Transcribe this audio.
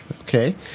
Okay